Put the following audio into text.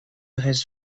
his